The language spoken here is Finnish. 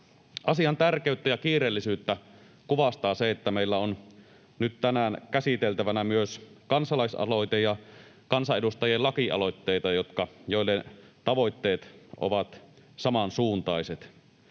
Asian tärkeyttä ja kiireellisyyttä kuvastaa se, että meillä on nyt tänään käsiteltävänä myös kansalaisaloite ja kansanedustajien lakialoitteita, joiden tavoitteet ovat samansuuntaiset.